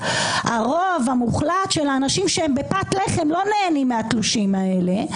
הרוב המוחלט של האנשים שהגיעו לפת לחם לא נהנים מהתלושים האלה.